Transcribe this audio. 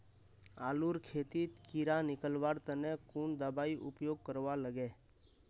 आलूर खेतीत कीड़ा निकलवार तने कुन दबाई उपयोग करवा लगे?